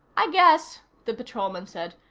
i guess, the patrolman said.